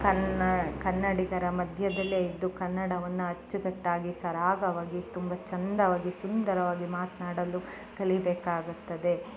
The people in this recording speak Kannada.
ಕನ್ನಡ ಕನ್ನಡಿಗರ ಮಧ್ಯದಲ್ಲೇ ಇದ್ದು ಕನ್ನಡವನ್ನು ಅಚ್ಚುಕಟ್ಟಾಗಿ ಸರಾಗವಾಗಿ ತುಂಬ ಚಂದವಾಗಿ ಸುಂದರವಾಗಿ ಮಾತನಾಡಲು ಕಲಿಬೇಕಾಗುತ್ತದೆ